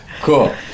Cool